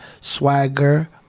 Swagger